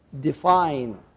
define